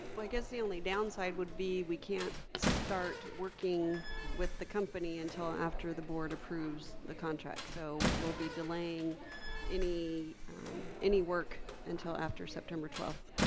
well i guess the only downside would be we can't start working with the company until after the board approves the contract so we'll be delaying any any work until after september twelfth.